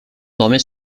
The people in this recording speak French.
dormait